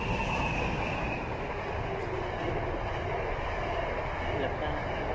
हाँ लगता है इधर